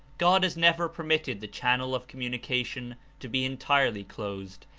god has never permitted the channel of communication to be entirely closed,